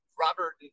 Robert